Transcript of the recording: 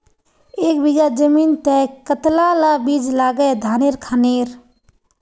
एक बीघा जमीन तय कतला ला बीज लागे धानेर खानेर?